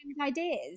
ideas